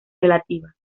relativa